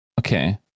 okay